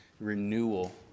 renewal